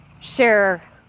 share